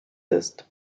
ist